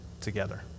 together